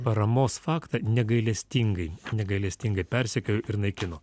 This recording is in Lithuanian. paramos faktą negailestingai negailestingai persekiojo ir naikino